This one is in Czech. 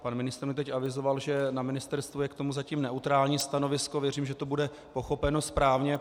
Pan ministr mi teď avizoval, že na ministerstvu je k tomu zatím neutrální stanovisko, věřím, že to bude pochopeno správně.